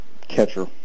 catcher